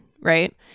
right